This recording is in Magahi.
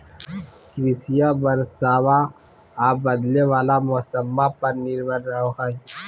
कृषिया बरसाबा आ बदले वाला मौसम्मा पर निर्भर रहो हई